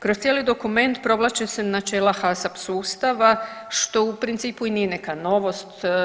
Kroz cijeli dokument provlače se načela HACCP sustava, što u principu i nije neka novost.